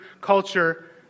culture